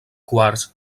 quars